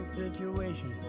situation